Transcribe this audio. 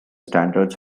standards